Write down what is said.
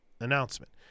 announcement